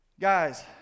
Guys